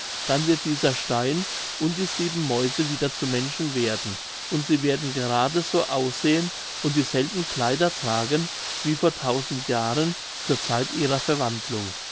dann wird dieser stein und die sieben mäuse wieder zu menschen werden und sie werden gerade so aussehen und dieselben kleider tragen wie vor tausend jahren zur zeit ihrer verwandlung